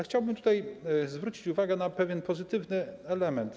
Chciałbym zwrócić uwagę na pewien pozytywny element.